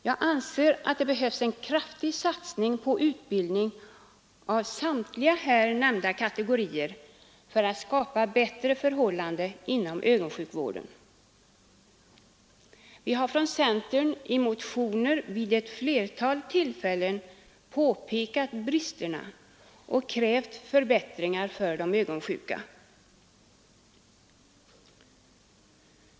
Jag anser att det behövs en kraftig satsning på utbildning av samtliga här nämnda kategorier för att skapa bättre förhållanden inom ögonsjukvården. Vi har från centern i motioner vid ett flertal tillfällen påpekat bristerna och krävt förbättringar för de ögonsjuka.